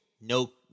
No